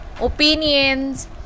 opinions